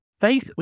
faith